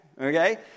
okay